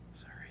sorry